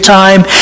time